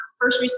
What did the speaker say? first